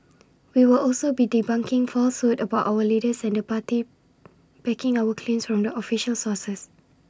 we will also be debunking falsehoods about our leaders and the party backing our claims from the official sources